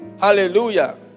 Hallelujah